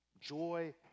joy